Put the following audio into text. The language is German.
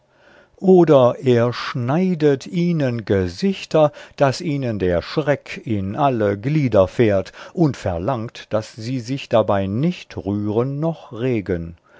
oder er schneidet ihnen gesichter daß ihnen der schreck in alle glieder fährt und verlangt daß sie sich dabei nicht rühren noch regen